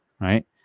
Right